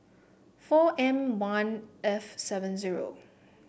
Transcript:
four M one F seven zero